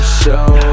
show